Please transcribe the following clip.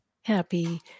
Happy